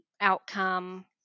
outcome